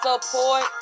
Support